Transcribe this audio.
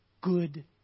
good